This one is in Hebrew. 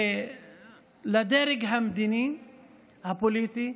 לדרג המדיני הפוליטי,